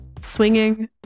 swinging